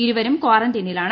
ഇരുവരും കാറന്റൈനിലാണ്